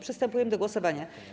Przystępujemy do głosowania.